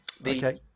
okay